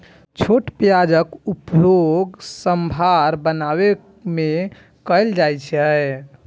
छोट प्याजक उपयोग सांभर बनाबै मे कैल जाइ छै